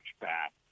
back